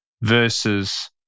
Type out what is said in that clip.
versus